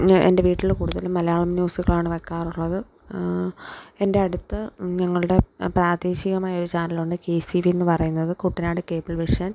ഞാൻ എൻ്റെ വീട്ടില് കൂടുതലും മലയാളം ന്യൂസുകളാണ് വെക്കാറുള്ളത് എൻ്റെ അടുത്ത് ഞങ്ങളുടെ പ്രാദേശികമായ ഒരു ചാനലുണ്ട് കെ എസ് ഇ വി പറയുന്നത് കുട്ടനാട് കേബിൾ വിഷൻ